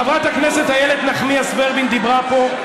חברת הכנסת איילת נחמיאס ורבין דיברה פה.